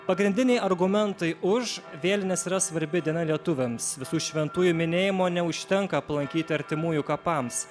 pagrindiniai argumentai už vėlinės yra svarbi diena lietuviams visų šventųjų minėjimo neužtenka aplankyti artimųjų kapams